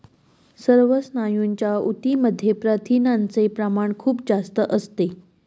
सर्व स्नायूंच्या ऊतींमध्ये प्रथिनांचे प्रमाण खूप जास्त असते